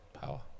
power